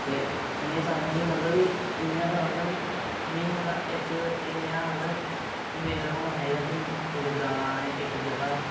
ते में एह् चाह्न्नां कि मतलब कि इ'यां गै मतलब कि म्हीने दा इक एह् इ'यां मतलब मिलन होना चाहिदा कि कुतै जाना असें इक जगह्